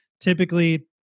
typically